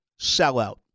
sellout